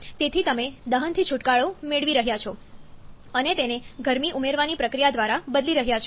તેથી તમે દહનથી છુટકારો મેળવી રહ્યા છો અને તેને ગરમી ઉમેરવાની પ્રક્રિયા દ્વારા બદલી રહ્યા છો